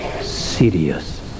serious